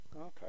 Okay